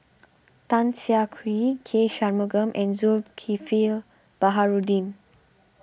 Tan Siah Kwee K Shanmugam and Zulkifli Baharudin